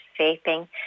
vaping